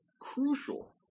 crucial